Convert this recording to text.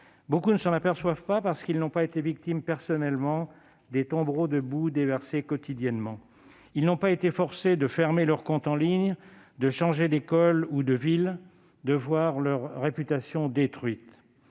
Beaucoup ne s'en aperçoivent pas parce qu'ils n'ont pas été victimes personnellement des tombereaux de boue déversés quotidiennement. Ils n'ont pas été forcés de fermer leurs comptes en ligne, de changer d'école ou de ville, leur réputation n'a